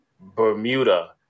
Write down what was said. bermuda